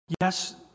Yes